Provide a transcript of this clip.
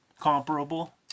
comparable